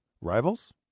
Rivals